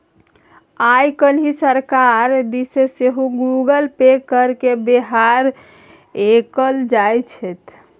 आय काल्हि सरकार दिस सँ सेहो गूगल पे केर बेबहार कएल जाइत छै